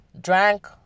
drank